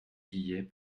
guillet